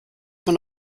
aber